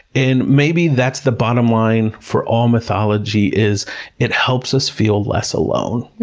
and maybe that's the bottom line for all mythology is it helps us feel less alone.